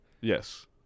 Yes